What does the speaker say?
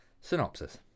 Synopsis